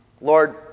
Lord